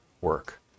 work